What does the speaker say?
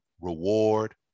reward